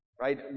Right